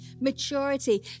Maturity